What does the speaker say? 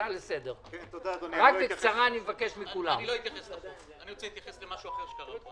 אני רוצה להתייחס למשהו אחר.